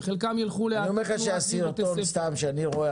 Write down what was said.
וחלקם יילכו ל --- אני אומר לך שהסרטון שאני רואה,